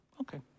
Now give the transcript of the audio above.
Okay